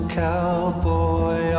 cowboy